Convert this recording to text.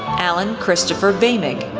allen christopher boehmig,